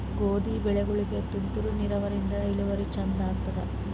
ಗೋಧಿ ಬೆಳಿಗೋಳಿಗಿ ತುಂತೂರು ನಿರಾವರಿಯಿಂದ ಇಳುವರಿ ಚಂದ ಆತ್ತಾದ?